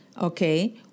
okay